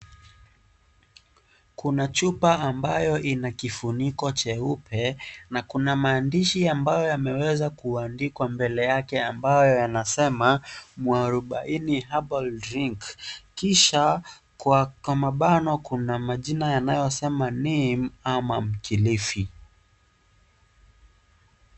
Kuna chupa ambayo ina kifuniko cheupe, na kuna maandishi ambayo yameweza kuandikwa mbele yake ambayo yanasema, Mwarubaini Herbal Drink, kisha kwa mabano kuna majina yanayosema, Neem ama mkilifi.